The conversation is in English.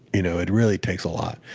you know it really takes a lot.